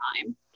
time